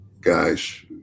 guys